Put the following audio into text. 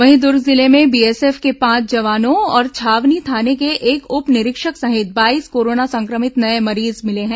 वहीं दुर्ग जिले में बीएसएफ के पांच जवानों और छावनी थाने के एक उप निरीक्षक सहित बाईस कोरोना संक्रमित नये मरीज मिले हैं